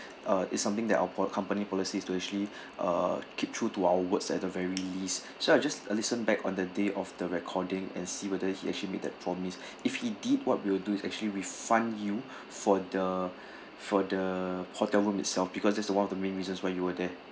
uh it's something that our po~ our company policies to actually uh keep true to our words at the very least so I'll just listen back on the day of the recording and see whether he actually made that promise if he did what we'll do is actually refund you for the for the hotel room itself because that's the one of the main reasons why you were there